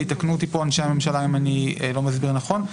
ויתקנו אותי פה אנשי הממשלה אם אני לא מסביר נכון,